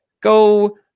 go